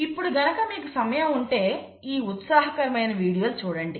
ఇప్పుడు మీకు గనక సమయం ఉంటే ఈ ఉత్సాహకరమైన వీడియోలను చూడండి